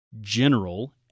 general